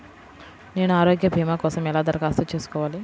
నేను ఆరోగ్య భీమా కోసం ఎలా దరఖాస్తు చేసుకోవాలి?